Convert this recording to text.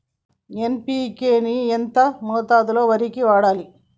NPK ని ఎంత మోతాదులో వరికి వాడాలి?